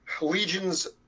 legions